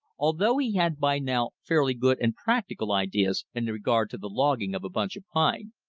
although he had by now fairly good and practical ideas in regard to the logging of a bunch of pine,